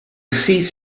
seats